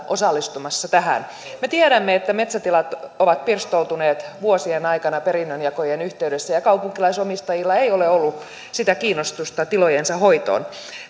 osallistumassa tähän me tiedämme että metsätilat ovat pirstoutuneet vuosien aikana perinnönjakojen yhteydessä ja kaupunkilaisomistajilla ei ole ollut sitä kiinnostusta tilojensa hoitoon